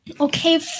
Okay